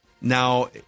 Now